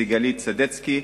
סיגל סדצקי,